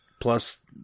plus